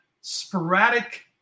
sporadic